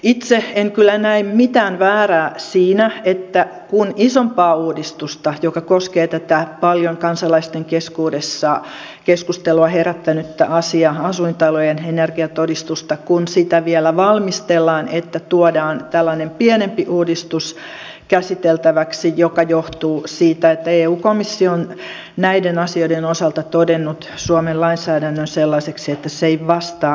itse en kyllä näe mitään väärää siinä että kun isompaa uudistusta joka koskee tätä paljon kansalaisten keskuudessa keskustelua herättänyttä asiaa asuintalojen energiatodistuksista vielä valmistellaan tuodaan tällainen pienempi uudistus käsiteltäväksi mikä johtuu siitä että eu komissio on näiden asioiden osalta todennut suomen lainsäädännön sellaiseksi että se ei vastaa eu lainsäädäntöä